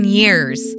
years